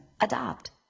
Adopt